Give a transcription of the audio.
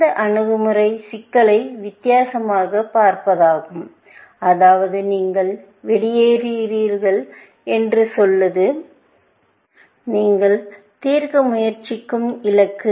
இந்த அணுகுமுறை சிக்கலை வித்தியாசமாகப் பார்ப்பதாகும் அதாவது நீங்கள் வெளியேறுகிறீர்கள் என்று சொல்வது இது நீங்கள் தீர்க்க முயற்சிக்கும் இலக்கு